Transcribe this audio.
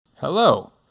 Hello